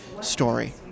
story